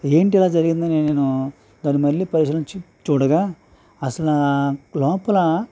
ఏంటి ఇలా జరిగిందని నేను దానిని మళ్ళీ పరిశీలించి చూడగా అసల లోపల